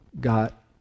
got